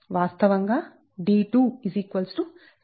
వాస్తవంగా d2 √22 2